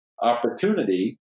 opportunity